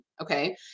Okay